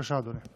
בבקשה, אדוני.